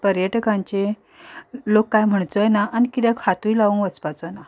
पर्यटकांची लोक कांय म्हणचोय ना आनी किद्याक हातूय लावपाक वचपाचो ना